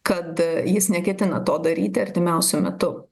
kad jis neketina to daryti artimiausiu metu